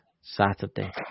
Saturday